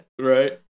Right